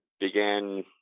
began